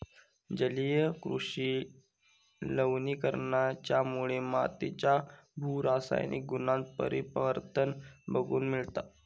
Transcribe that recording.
जलीय कृषि लवणीकरणाच्यामुळे मातीच्या भू रासायनिक गुणांत परिवर्तन बघूक मिळता